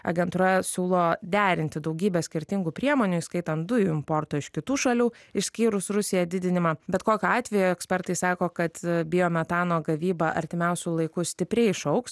agentūra siūlo derinti daugybę skirtingų priemonių įskaitant dujų importo iš kitų šalių išskyrus rusiją didinimą bet kokiu atveju ekspertai sako kad biometano gavyba artimiausiu laiku stipriai išaugs